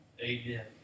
Amen